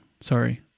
sorry